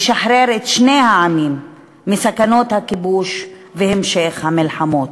ישחרר את שני העמים מסכנות הכיבוש והמשך המלחמות.